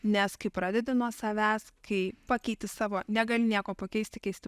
nes kai pradedi nuo savęs kai pakeiti savo negali nieko pakeisti keisti